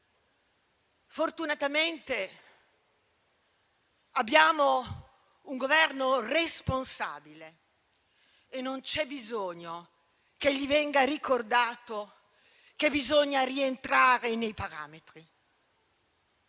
Fortunatamente abbiamo un Governo responsabile e non c'è bisogno che gli venga ricordato che bisogna rientrare nei parametri.